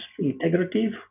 integrative